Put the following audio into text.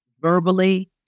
verbally